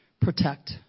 protect